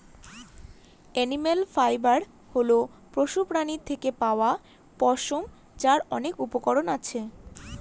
animal fibre হল পশুপ্রাণীর থেকে পাওয়া পশম, যার অনেক উপকরণ আছে